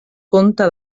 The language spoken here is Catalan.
comte